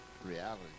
reality